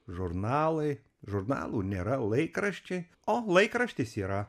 žurnalai žurnalų nėra laikraščiai o laikraštis yra